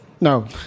No